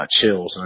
chills